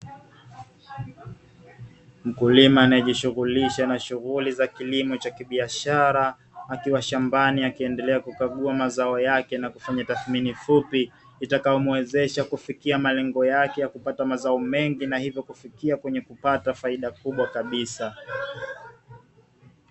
Mkulima anayejishughulisha na shughuli za kilimo cha kibiashara akiwa shambani akiendelea kukagua mazao yake na kufanya tathmini fupi, itakayomuwezesha kufikia malengo yake ya kupata mazao mengi na hivyo kufikia kwenye kupata faida kubwa kabisa.